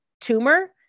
tumor